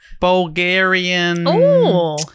Bulgarian